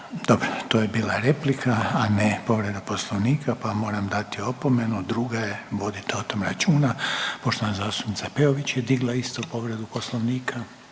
Dobro, to je bila replika, a ne povreda poslovnika, pa vam moram dati opomenu, druga je, vodite o tom računa. Poštovana zastupnica Peović je digla isto povredu poslovnika.